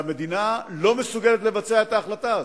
והמדינה לא מסוגלת לבצע את ההחלטה הזאת.